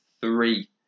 three